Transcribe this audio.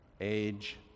age